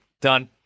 done